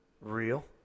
real